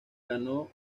ganó